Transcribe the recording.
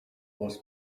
was